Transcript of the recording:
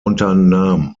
unternahm